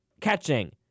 catching